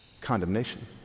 Condemnation